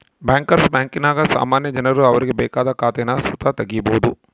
bankers ಬ್ಯಾಂಕಿನಾಗ ಸಾಮಾನ್ಯ ಜನರು ಅವರಿಗೆ ಬೇಕಾದ ಖಾತೇನ ಸುತ ತಗೀಬೋದು